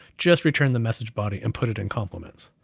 just return the message body, and put it in compliments.